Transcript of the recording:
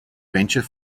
venture